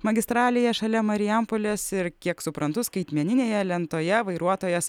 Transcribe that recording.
magistralėje šalia marijampolės ir kiek suprantu skaitmeninėje lentoje vairuotojas